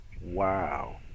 Wow